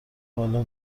بالا